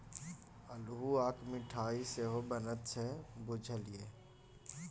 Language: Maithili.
अल्हुआक मिठाई सेहो बनैत छै बुझल ये?